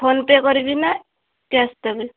PhonePe କରିବି ନା cash ଦେବି